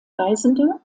reisende